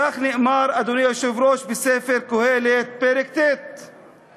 כך נאמר, אדוני היושב-ראש, בספר קהלת, פרק ט';